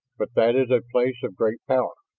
but that is a place of great power!